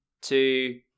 two